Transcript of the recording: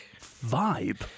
Vibe